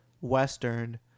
western